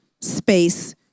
space